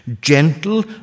gentle